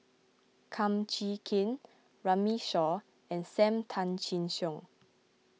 Kum Chee Kin Runme Shaw and Sam Tan Chin Siong